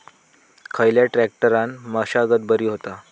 खयल्या ट्रॅक्टरान मशागत बरी होता?